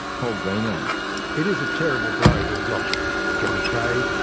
hall greenland it is a terrible blow to have lost john kaye,